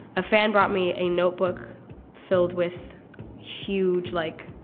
a fan brought me a notebook filled with huge like,